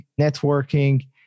networking